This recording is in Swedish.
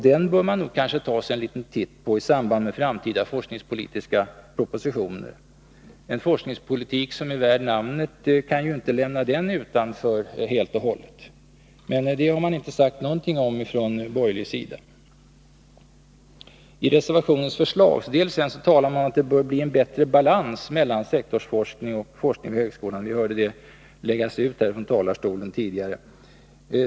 Den bör man nog ta sig en liten titt på i samband med framtida forskningspolitiska propositioner. En forskningspolitik som är värd namnet kan inte lämna industriforskningen utanför helt och hållet. Men det har man inte sagt någonting om från borgerlig sida. I reservationens förslagsdel talar man om att det bör bli bättre balans mellan resurser till sektorsforskning och resurser till forskning inom högskolan — vi hörde det läggas ut från talarstolen tidigare.